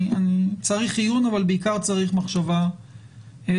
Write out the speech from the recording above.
אני צריך עיון אבל בעיקר צריך מחשבה שלכם,